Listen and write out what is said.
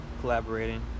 collaborating